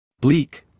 Bleak